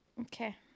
Okay